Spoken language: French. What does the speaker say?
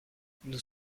nous